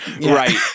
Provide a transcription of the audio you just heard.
Right